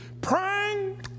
praying